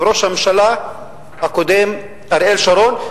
וראש הממשלה הקודם אריאל שרון,